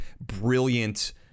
brilliant